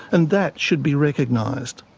and that should be recognised.